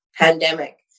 pandemic